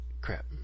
Crap